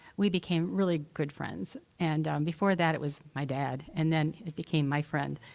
we became really good friends. and before that it was my dad, and then it became my friend.